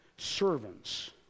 servants